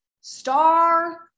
star